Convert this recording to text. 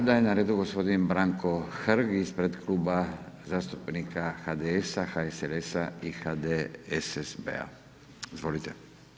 Sada je na redu g. Branko Hrg ispred Kluba zastupnika HDS-a, HSLS-a i HDSSB-a, izvolite.